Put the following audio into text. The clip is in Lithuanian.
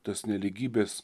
tas nelygybės